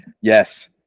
Yes